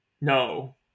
no